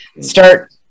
start